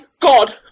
God